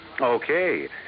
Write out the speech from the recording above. Okay